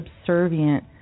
subservient